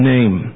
Name